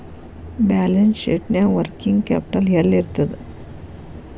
Balance ಶೇಟ್ನ್ಯಾಗ working capital ಯೆಲ್ಲಿರ್ತದ?